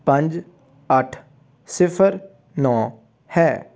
ਪੰਜ ਅੱਠ ਸਿਫਰ ਨੌਂ ਹੈ